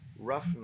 Rough